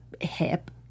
hip